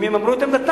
אם הם אמרו את עמדתם.